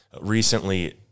recently